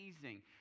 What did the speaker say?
amazing